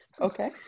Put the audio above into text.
Okay